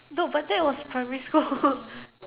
no but that was primary school